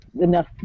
enough